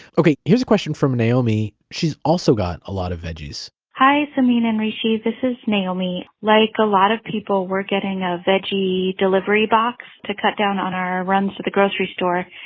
okay, here's a question from naomi. she's also got a lot of veggies hi samin and hrishi, this is naomi. like a lot of people, we're getting a veggie delivery box to cut down on our runs to the grocery store.